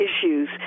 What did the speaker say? issues